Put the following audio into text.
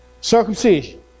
Circumcision